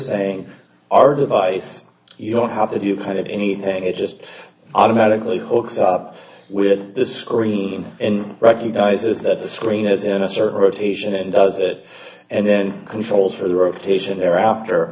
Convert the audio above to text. saying our device you don't have to do kind of anything it just automatically hooks up with the screen and recognizes that the screen is in a certain rotation and does it and then controls for the rotation thereafter